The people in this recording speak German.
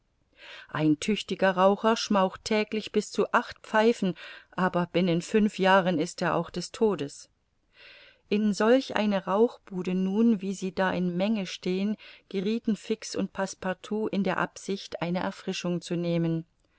ein tüchtiger raucher schmaucht täglich bis zu acht pfeifen aber binnen fünf jahren ist er auch des todes in solch eine rauchbude nun wie sie da in menge stehen geriethen fix und passepartout in der absicht eine erfrischung zu nehmen